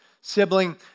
sibling